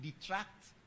detract